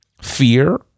fear